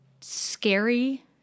scary